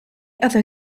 other